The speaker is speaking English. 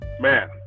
man